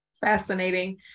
Fascinating